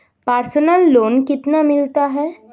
Personal loan कितना मिलता है?